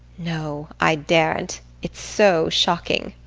no, i daren't it's so shocking.